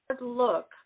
look